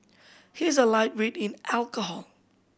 he is a lightweight in alcohol